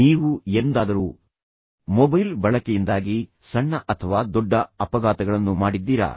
ನೀವು ಎಂದಾದರೂ ಮೊಬೈಲ್ ಬಳಕೆಯಿಂದಾಗಿ ಸಣ್ಣ ಅಥವಾ ದೊಡ್ಡ ಅಪಘಾತಗಳನ್ನು ಮಾಡಿದ್ದೀರಾ